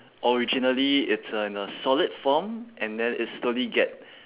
originally it's uh in a solid form and then it slowly get